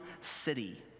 city